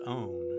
own